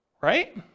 right